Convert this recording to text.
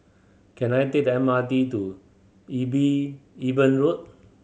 can I take the M R T to Eben Road